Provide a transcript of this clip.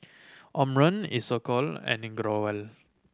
Omron Isocal and